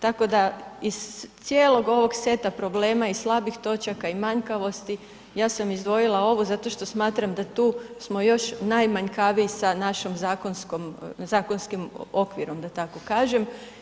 Tako da iz cijelog ovog seta problema i slabih točaka i manjkavosti, ja sam izdvojila ovo, zato što smatram, da tu smo još najmanjkaviji sa našim zakonskim okvirom, da tako kažem.